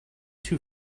two